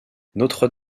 notre